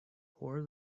pour